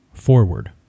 forward